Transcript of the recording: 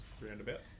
roundabouts